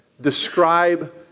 describe